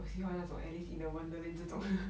我喜欢那种 alice in the wonderland 这种